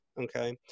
Okay